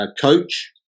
coach